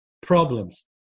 problems